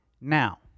now